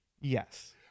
Yes